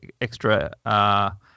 extra